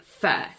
first